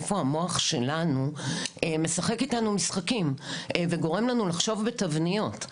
איפה המוח שלנו משחק איתנו משחקים וגורם לנו לחשוב בתבניות,